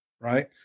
right